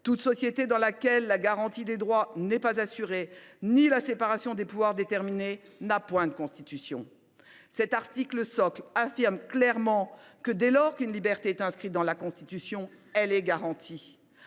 toute société dans laquelle la garantie des droits n’est pas assurée, ni la séparation des pouvoirs déterminée, n’a point de Constitution ». Cet article socle affirme clairement que, dès lors qu’elle est inscrite dans la Constitution, une liberté est garantie.